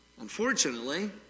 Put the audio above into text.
unfortunately